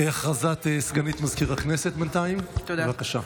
הודעת סגנית מזכיר הכנסת, בבקשה.